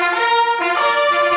הכנסת העשרים.